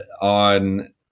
on